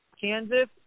Kansas